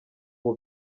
ubu